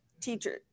teacher